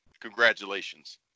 Congratulations